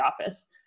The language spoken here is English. office